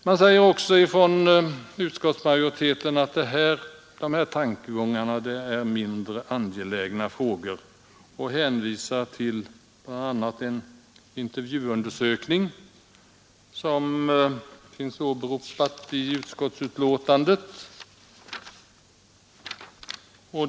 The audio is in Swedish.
Man säger också från utskottsmajoritetens sida att de här tankegångarna gäller mindre angelägna frågor, och man hänvisar bl.a. till en intervjuundersökning som finns åberopad i utskottsbetänkandet.